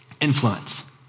influence